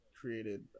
created